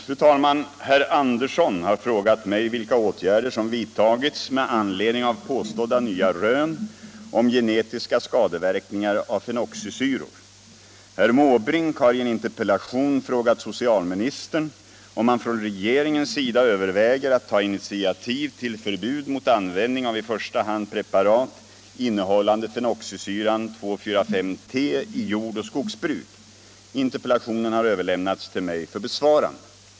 Fru talman! Herr Andersson i Storfors har frågat mig vilka åtgärder som vidtagits med anledning av påstådda nya rön om genetiska skadeverkningar av fenoxisyror. Herr Måbrink har i en interpellation frågat socialministern om man från regeringens sida överväger att ta initiativ till förbud mot användning av i första hand preparat innehållande fenoxisyran 2,4,5-T i jordoch skogsbruk. Interpellationen har överlämnats till mig för besvarande.